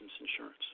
insurance